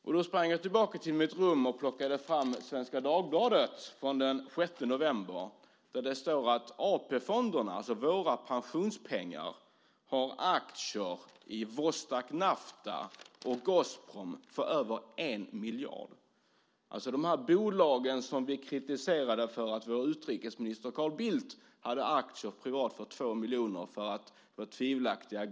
Jag sprang tillbaka till mitt rum och plockade fram Svenska Dagbladet från den 6 november. Där står det att AP-fonderna, det vill säga våra pensionspengar, har aktier i Vostok Nafta och Gazprom för över 1 miljard. Vi kritiserade vår utrikesminister Carl Bildt för att han hade tvivelaktiga gas och oljeaktier privat för 2 miljoner i dessa bolag.